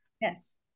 Yes